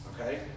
okay